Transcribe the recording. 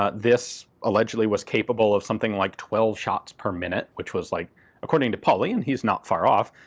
ah this allegedly was capable of something like twelve shots per minute, which was like according to pauly and he's not far off,